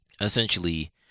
essentially